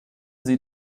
sie